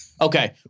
Okay